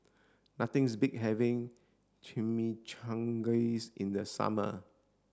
nothings beats having Chimichangas in the summer